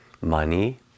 Money